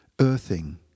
Earthing